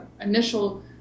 initial